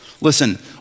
Listen